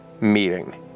meeting